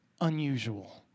unusual